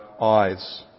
eyes